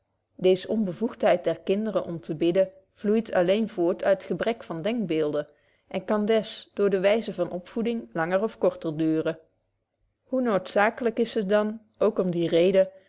deeze onbevoegtheid der kinderen om te bidden vloeit alleen voort uit gebrek van denkbeelden en kan des door de wyze van opvoeding betje wolff proeve over de opvoeding langer of korter duuren hoe noodzakelyk is het dan ook om die reden